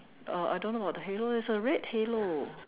uh I don't know about the halo it's a red halo